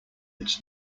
its